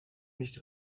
nicht